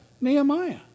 Nehemiah